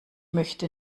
möchte